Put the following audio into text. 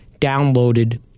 downloaded